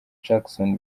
jackson